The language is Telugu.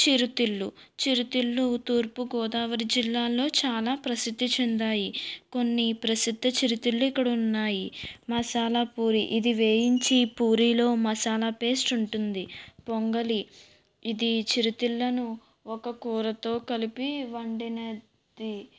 చిరుతిళ్ళు చిరుతిళ్ళు తూర్పుగోదావరి జిల్లాలో చాలా ప్రసిద్ధి చెందాయి కొన్ని ప్రసిద్ధ చిరుతిళ్ళు ఇక్కడ ఉన్నాయి మసాలా పూరి ఇది వేయించి పూరీలో మసాలా పేస్ట్ ఉంటుంది పొంగలి ఇది చిరుతిళ్ళను ఒక కూరతో కలిపి వండినది